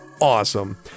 awesome